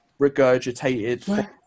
regurgitated